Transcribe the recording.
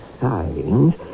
signs